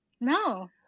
No